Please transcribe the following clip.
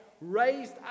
raised